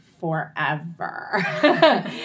forever